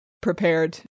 prepared